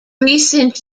recent